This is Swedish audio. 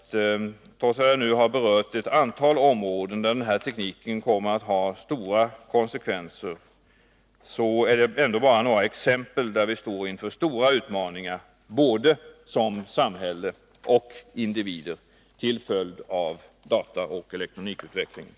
Trots att jag nu berört ett antal områden, där denna teknik kommer att ha stora konsekvenser, så är det ändå bara några exempel på områden där vi står inför stora utmaningar, både som samhällen och som individer, till följd av dataoch elektronikutvecklingen.